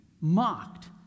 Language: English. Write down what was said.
mocked